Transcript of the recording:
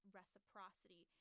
reciprocity